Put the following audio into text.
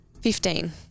Fifteen